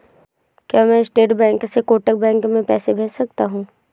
क्या मैं state bank से कोटक बैंक में पैसे भेज सकता हूँ?